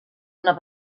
una